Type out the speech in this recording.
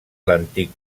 l’antic